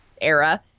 era